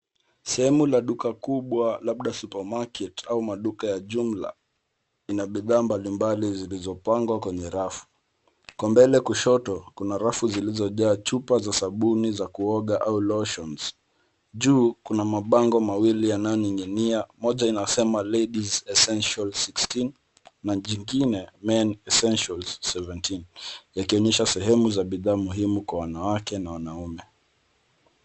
Sehemu ya duka kubwa, labda (cs)supermarket(cs) au maduka ya jumla, ina bidhaa mbalimbali zilizopangwa kwenye rafu. Huko mbele kushoto, kuna rafu zilizojaa chupa za sabuni za kuoga au (cs)lotions(cs). Juu, kuna mabango mawili yanayoning'inia; moja inasema (cs)Ladies Essentials 16(cs) na jingine (cs)Men Essentials 17(cs), yakionyesha sehemu za bidhaa muhimu kwa wanawake na wanaume.